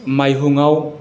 माइहुङाव